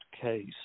case